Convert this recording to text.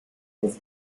his